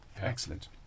Excellent